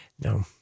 No